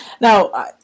Now